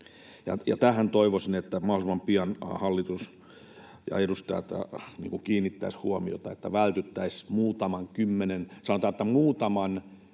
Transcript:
Tähän toivoisin, että mahdollisimman pian hallitus ja edustajat kiinnittäisivät huomiota, että vältyttäisiin, sanotaan, muutaman